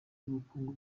ry’ubukungu